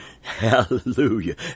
Hallelujah